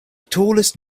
tallest